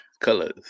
Colors